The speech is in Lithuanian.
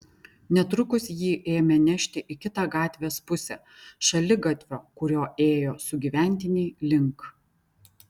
netrukus jį ėmė nešti į kitą gatvės pusę šaligatvio kuriuo ėjo sugyventiniai link